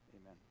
Amen